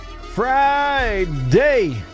Friday